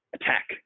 attack